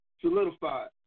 solidified